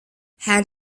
had